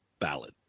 ballad